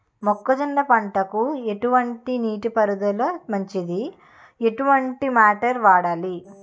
మొక్కజొన్న పంటకు ఎటువంటి నీటి పారుదల మంచిది? ఎటువంటి మోటార్ వాడాలి?